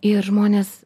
ir žmonės